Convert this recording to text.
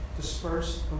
dispersed